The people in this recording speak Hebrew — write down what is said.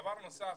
דבר נוסף,